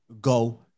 go